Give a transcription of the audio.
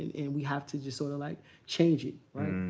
and we have to just sort of like change it, right?